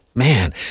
Man